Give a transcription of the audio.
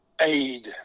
aid